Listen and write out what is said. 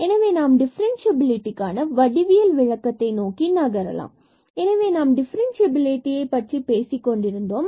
எனவே நாம் டிஃபரன்ஸ்சியபிலிட்டிக்கான வடிவியல் விளக்கத்தைக் நோக்கி நகரலாம் எனவே நாம் டிஃபரண்ட்சியலை பற்றி பேசிக்கொண்டிருந்தோம்